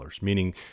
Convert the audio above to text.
meaning